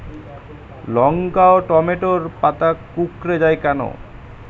লঙ্কা ও টমেটোর পাতা কুঁকড়ে য়ায় কেন?